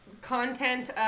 content